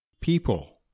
People